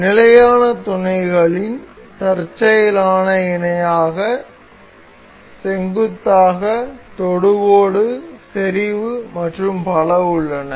நிலையான துணைகளில் தற்செயலான இணையான செங்குத்தாக தொடுகோடு செறிவு மற்றும் பல உள்ளன